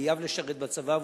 חייב לשרת בצבא,